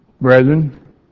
brethren